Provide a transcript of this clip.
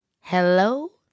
Hello